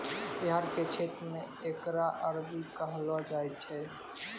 बिहार के क्षेत्र मे एकरा अरबी कहलो जाय छै